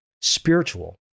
spiritual